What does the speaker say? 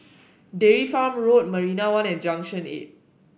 Dairy Farm Road Marina One and Junction Eight